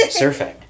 surfing